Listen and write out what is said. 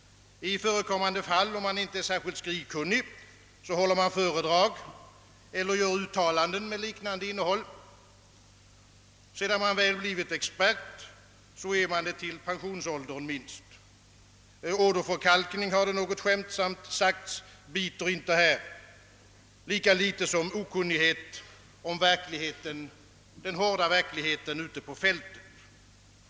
I förekommande fall — om man inte är särskilt skrivkunnig — håller man föredrag eller gör uttalanden med liknande innehåll. Sedan man väl blivit expert är man det till pensionsåldern — minst! Åderförkalkning, har någon skämtsamt sagt, biter inte här, lika litet som okunnighet om den hårda verkligheten ute på fältet.